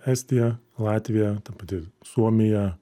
estija latvija ta pati suomija